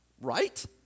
Right